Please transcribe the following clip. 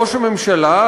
ראש הממשלה,